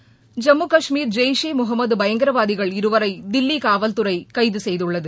ஐம்மு கஷ்மீர் ஜெய்ஷே முகமது பயங்கரவாதிகள் இருவரை தில்லி காவல்துறை கைது செய்துள்ளது